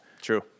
True